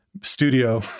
studio